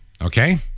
okay